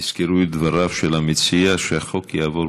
תזכרו את דבריו של המציע, שהחוק יעבור